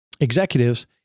executives